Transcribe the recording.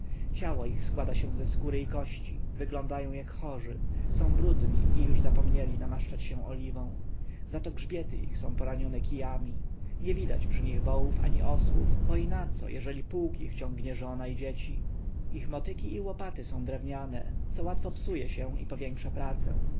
ciało ich składa się ze skóry i kości wyglądają jak chorzy są brudni i już zapomnieli namaszczać się oliwą zato grzbiety ich są poranione kijami nie widać przy nich wołów ani osłów bo i naco jeżeli pług ich ciągnie żona i dzieci ich motyki i łopaty są drewniane co łatwo psuje się i powiększa pracę